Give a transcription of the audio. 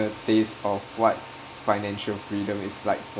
taste of what financial freedom is like for